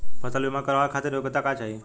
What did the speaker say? फसल बीमा करावे खातिर योग्यता का चाही?